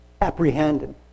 apprehended